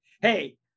Hey